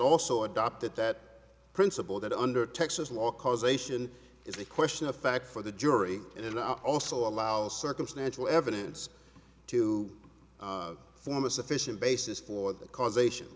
also adopted that principle that under texas law causation is a question of fact for the jury it is now also allow circumstantial evidence to form a sufficient basis for the causation